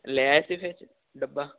ਲੈ ਡੱਬਾ